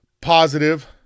positive